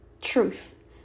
truth